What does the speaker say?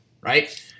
right